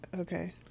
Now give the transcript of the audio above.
okay